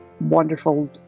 wonderful